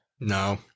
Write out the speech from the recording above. No